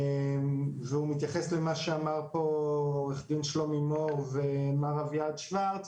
והוא מתייחס למה שאמר פה עו"ד שלומי מור ומר אביעד שוורץ,